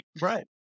Right